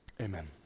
amen